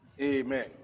amen